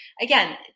Again